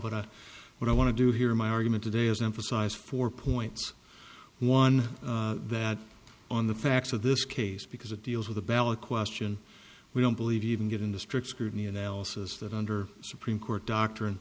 what i want to do here my argument today is emphasize four points one that on the facts of this case because it deals with a ballot question we don't believe even get in the strict scrutiny analysis that under supreme court doctrine